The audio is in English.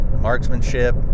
marksmanship